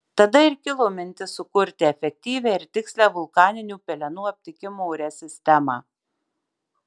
tada ir kilo mintis sukurti efektyvią ir tikslią vulkaninių pelenų aptikimo ore sistemą